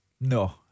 No